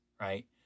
right